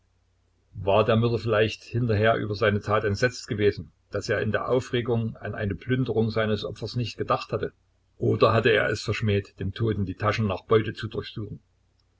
war der mörder vielleicht hinterher über seine tat entsetzt gewesen daß er in der aufregung an eine plünderung seines opfers nicht gedacht hatte oder hatte er es verschmäht dem toten die taschen nach beute zu durchsuchen